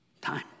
time